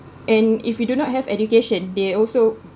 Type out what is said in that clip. and if you do not have education they also